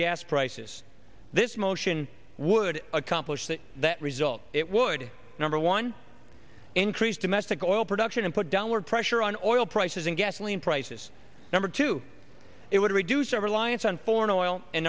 gas prices this motion would accomplish that that result it would number one increase domestic oil production and put downward pressure on oil prices and gasoline prices number two it would reduce our reliance on foreign oil and